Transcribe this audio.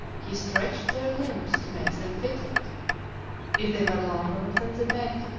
he stretched their limbs to make them fit it if they were longer than the bed,